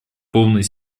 полный